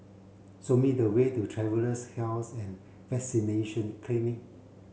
show me the way to Travellers' Health and Vaccination Clinic